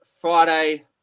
Friday